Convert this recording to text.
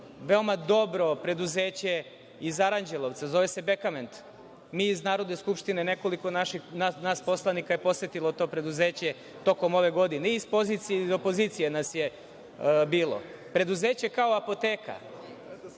veoma dobro preduzeće iz Aranđelovca. Zove se „Bekament“. Mi iz Narodne skupštine, nekoliko nas poslanika je posetilo to preduzeće tokom ove godine i iz pozicije i opozicije nas je bilo. Preduzeće kao apoteka.